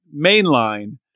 mainline